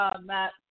Matt